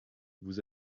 vous